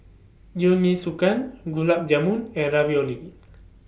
Jingisukan Gulab Jamun and Ravioli